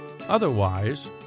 Otherwise